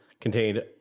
contained